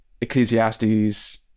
Ecclesiastes